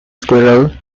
squirrel